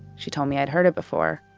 she told me i'd heard it before.